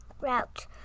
route